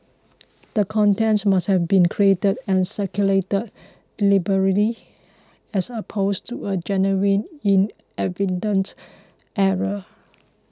the contents must have been created and circulated deliberately as opposed to a genuine inadvertent error